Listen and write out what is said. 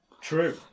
True